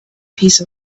piece